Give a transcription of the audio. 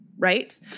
right